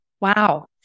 Wow